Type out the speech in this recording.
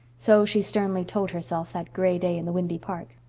so she sternly told herself that gray day in the windy park.